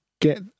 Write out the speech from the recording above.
get